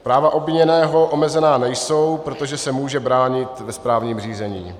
Práva obviněného omezena nejsou, protože se může bránit ve správním řízení.